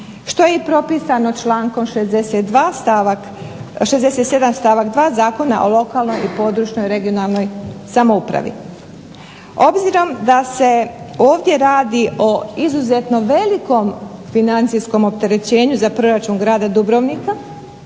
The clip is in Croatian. što je i propisano člankom 67. stavak 2. Zakona o lokalnoj i područnoj (regionalnoj) samoupravi. Obzirom da se ovdje radi o izuzetno velikom financijskom opterećenju za proračun grada Dubrovnika,